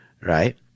right